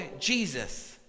Jesus